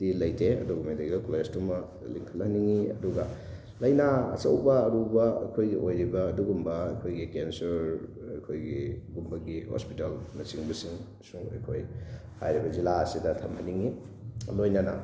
T ꯂꯩꯇꯦ ꯑꯗꯨꯕꯨ medical ꯀꯣꯂꯦꯖꯇꯨꯃ ꯂꯤꯡꯈꯠꯍꯟꯅꯤꯡꯉꯤ ꯑꯗꯨꯒ ꯂꯥꯏꯅꯥ ꯑꯆꯧꯕ ꯑꯔꯨꯕ ꯑꯩꯈꯣꯏꯒꯤ ꯑꯣꯏꯔꯤꯕ ꯑꯗꯨꯒꯨꯝꯕ ꯑꯩꯈꯣꯏꯒꯤ ꯀꯦꯟꯁꯔ ꯑꯩꯈꯣꯏꯒꯤ ꯒꯨꯝꯕꯒꯤ ꯍꯣꯁꯄꯤꯇꯥꯜꯅꯆꯤꯡꯕꯁꯤꯡꯁꯨ ꯑꯩꯈꯣꯏ ꯍꯥꯏꯔꯤꯕ ꯖꯤꯂꯥ ꯑꯁꯤꯗ ꯊꯝꯍꯟꯅꯤꯡꯉꯤ ꯂꯣꯏꯅꯅ